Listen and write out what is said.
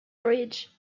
bridge